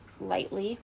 lightly